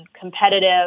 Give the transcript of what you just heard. competitive